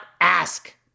ask